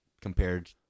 compared